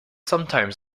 sometimes